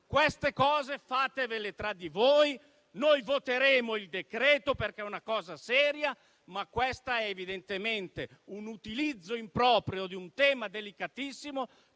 Queste cose fatevele tra di voi. Noi voteremo il decreto, perché è una cosa seria. Ma questo è evidentemente un utilizzo improprio di un tema delicatissimo